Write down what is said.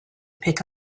pick